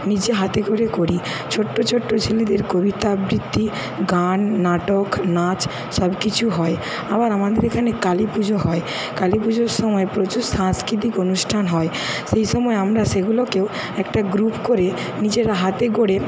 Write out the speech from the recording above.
নিজে হাতে করে করি ছোট্টো ছোট্টো ছেলেদের কবিতা আবৃত্তি গান নাটক নাচ সব কিছু হয় আবার আমাদের এখানে কালীপুজো হয় কালীপুজোর সময় প্রচুর সাংস্কৃতিক অনুষ্ঠান হয় সেই সময় আমরা সেগুলোকেও একটা গ্রুপ করে নিজের হাতে গড়ে